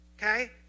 Okay